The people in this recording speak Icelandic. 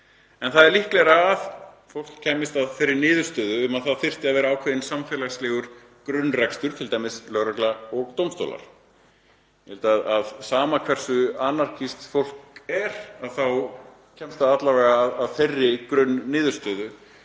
En það er líklegra að fólk kæmist að þeirri niðurstöðu að það þyrfti að vera ákveðinn samfélagslegur grunnrekstur, t.d. lögregla og dómstólar. Ég held að sama hversu anarkískt fólk er þá kemst það alla vega að þeirri grunnniðurstöðu